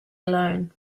alone